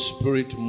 Spirit